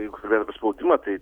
jeigu kalbėt apie spaudimą tai